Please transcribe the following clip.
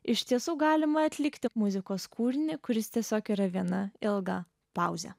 iš tiesų galima atlikti muzikos kūrinį kuris tiesiog yra viena ilga pauzė